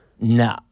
No